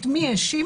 את מי האשימו?